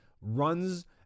runs